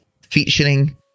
featuring